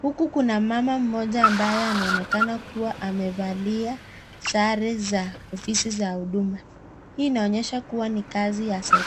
huku kuna mama mmoja ambaye anaonekana kuwa amevalia sare za ofisi za huduma. Hii huonyesha kuwa ni kazi ya serikali.